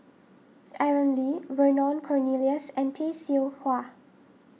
Aaron Lee Vernon Cornelius and Tay Seow Huah